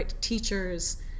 teachers